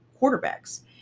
quarterbacks